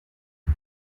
was